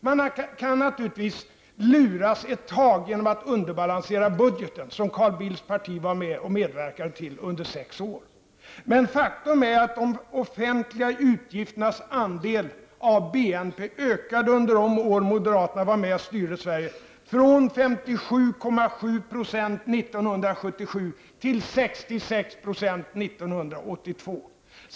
Man kan naturligtvis luras en tid genom att underbalansera budgeten, något som Carl Bildts parti medverkade till under sex år. Faktum är att de offentliga utgifternas andel av BNP under de år som moderaterna var med och styrde Sverige ökade från 57,7 % år 1977 till 66 % år 1982.